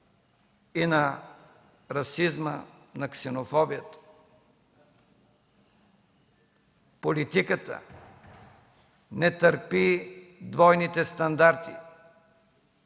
на расизма и ксенофобията. Политиката не търпи двойните стандарти.